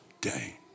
day